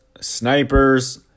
snipers